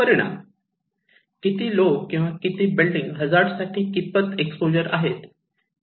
परिमाण किती लोक किंवा बिल्डिंग हजार्ड साठी कितपत एक्स्पोजर आहे